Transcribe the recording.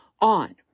on